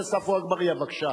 חבר הכנסת עפו אגבאריה, בבקשה.